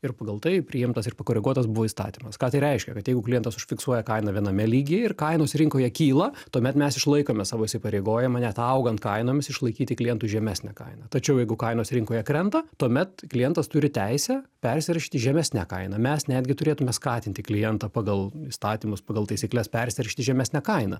ir pagal tai priimtas ir pakoreguotas buvo įstatymas ką tai reiškia kad jeigu klientas užfiksuoja kainą viename lygy ir kainos rinkoje kyla tuomet mes išlaikome savo įsipareigojimą net augant kainomis išlaikyti klientui žemesnę kainą tačiau jeigu kainos rinkoje krenta tuomet klientas turi teisę persirašyti žemesne kaina mes netgi turėtume skatinti klientą pagal įstatymus pagal taisykles persirišti žemesne kaina